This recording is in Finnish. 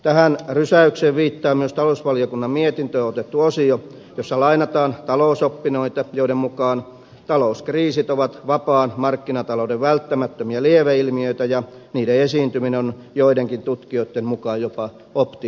tähän rysäykseen viittaa myös talousvaliokunnan mietintöön otettu osio jossa lainataan talousoppineita joiden mukaan talouskriisit ovat vapaan markkinatalouden välttämättömiä lieveilmiöitä ja niiden esiintyminen on joidenkin tutkijoitten mukaan jopa optimaalista